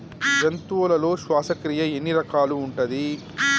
జంతువులలో శ్వాసక్రియ ఎన్ని రకాలు ఉంటది?